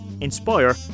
inspire